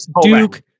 Duke